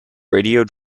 radio